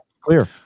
Clear